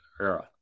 era